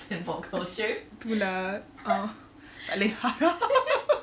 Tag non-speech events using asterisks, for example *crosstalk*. *laughs* tu lah uh tak boleh haram *laughs*